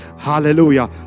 Hallelujah